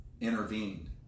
intervened